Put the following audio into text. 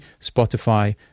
Spotify